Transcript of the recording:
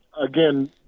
again